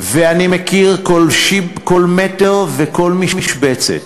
ואני מכיר כל מטר וכל משבצת,